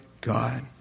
God